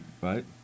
Right